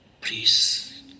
please